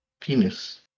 Penis